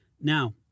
Now